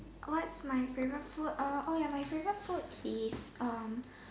what's my favorite food ya my favorite food is